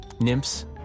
nymphs